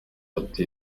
ati